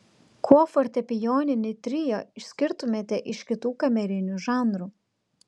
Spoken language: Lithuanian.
kuo fortepijoninį trio išskirtumėte iš kitų kamerinių žanrų